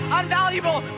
unvaluable